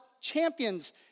champions